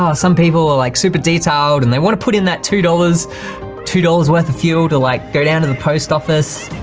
ah some people are like super detailed and they want to put in that two dollars two dollars worth of fuel to like go down to the post office.